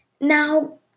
now